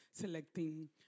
selecting